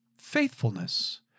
faithfulness